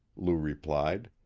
lou replied.